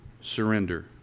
Surrender